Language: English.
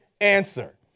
answer